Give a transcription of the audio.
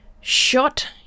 shot